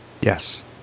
Yes